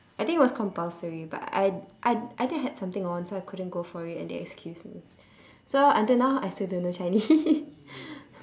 I think it was compulsory but I I I think I had something on so I couldn't go for it and they excused me so until now I still don't know chinese